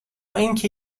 اینکه